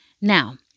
now